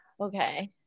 Okay